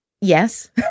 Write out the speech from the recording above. Yes